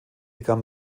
gaben